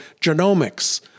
genomics